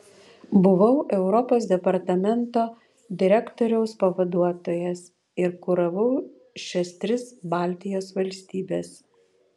buvau europos departamento direktoriaus pavaduotojas ir kuravau šias tris baltijos valstybes